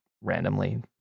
randomly